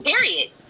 Period